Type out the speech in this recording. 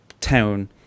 town